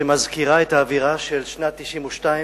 שמזכירה את האווירה של שנת 1992,